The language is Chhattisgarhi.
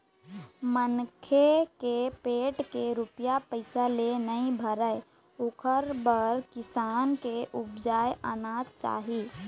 मनखे के पेट के रूपिया पइसा ले नइ भरय ओखर बर किसान के उपजाए अनाज चाही